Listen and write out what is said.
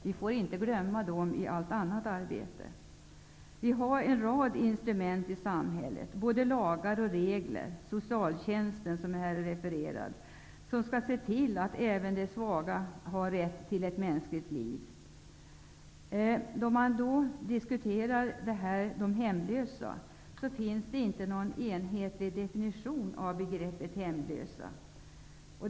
Vi får inte glömma dem i allt annat arbete. Det finns en rad instrument i samhället, både lagar och regler. Det är socialtjänsten som skall tillgodose även de svagas rätt till ett mänskligt liv. Det finns inte någon enhetlig definition av begreppet hemlös.